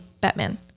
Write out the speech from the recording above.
Batman